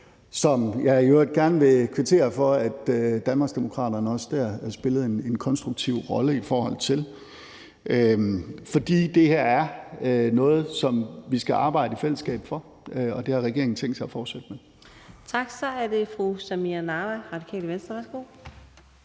som jeg i øvrigt gerne vil kvittere for at Danmarksdemokraterne – også dér – spillede en konstruktiv rolle i. For det her er noget, som vi skal arbejde for i fællesskab, og det har regeringen tænkt sig at fortsætte med. Kl. 14:25 Fjerde næstformand (Karina Adsbøl):